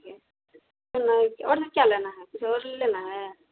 है ना और में क्या लेना है कुछ और लेना है